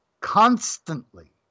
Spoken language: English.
constantly